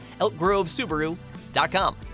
elkgrovesubaru.com